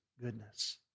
goodness